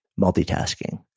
multitasking